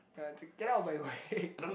uh to get out of my way